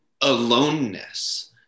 aloneness